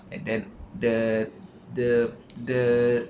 and then the the the